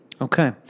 Okay